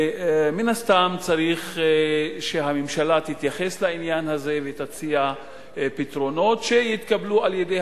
מן הסתם צריך שהממשלה תתייחס לעניין הזה ותציע פתרונות שיתקבלו על-ידי